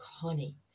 Connie